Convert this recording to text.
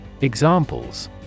Examples